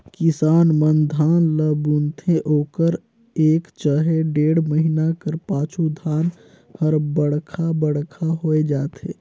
किसान मन धान ल बुनथे ओकर एक चहे डेढ़ महिना कर पाछू धान हर बड़खा बड़खा होए जाथे